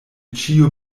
ĉio